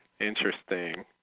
interesting